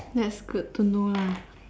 that's good to know lah